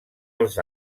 els